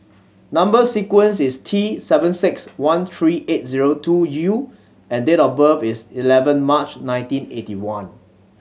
number sequence is T seven six one three eight zero two U and date of birth is eleven March nineteen eighty one